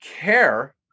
care